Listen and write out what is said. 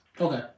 Okay